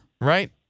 right